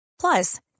Plus